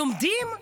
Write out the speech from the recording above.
לומדים?